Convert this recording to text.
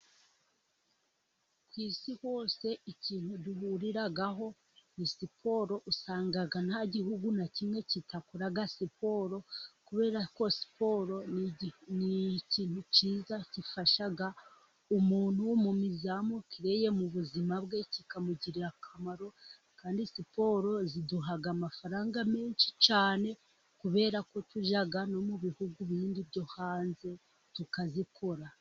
Ku isi hose ikintu duhuriraho ni siporo, usanga nta gihugu na kimwe kidakora siporo, kubera ko siporo ni ikintu cyiza gifasha umuntu mu miza mukirereye, mu buzima bwe, kikamugirira akamaro kandi siporo ziduha amafaranga menshi cyane, kubera ko tujya no mu bihugu bindi byo hanze tukazikora.